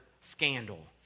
scandal